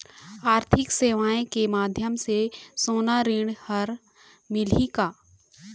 आरथिक सेवाएँ के माध्यम से सोना ऋण हर मिलही का?